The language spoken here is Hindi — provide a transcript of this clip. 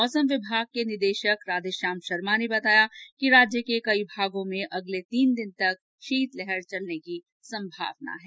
मौसम विभाग के निदेशक राधेश्याम शर्मा ने बताया कि राज्य के कई भागो में अगले तीन दिन तक शीतलहर की संभावना है